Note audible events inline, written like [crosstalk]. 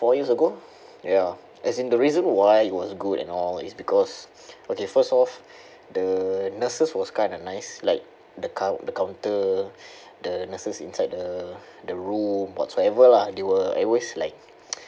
four years ago ya as in the reason why it was good and all is because okay first off the nurses was kind of nice like the co~ the counter [breath] the nurses inside the the room whatsoever lah they were always like [breath]